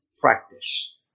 practice